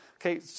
Okay